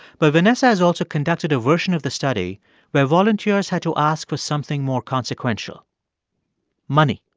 but vanessa has also conducted a version of the study where volunteers had to ask for something more consequential money.